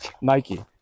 Nike